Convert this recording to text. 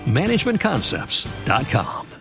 managementconcepts.com